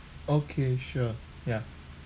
okay sure yeah